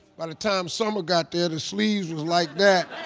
by the time summer got there the sleeves was like that.